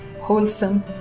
Wholesome